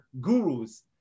gurus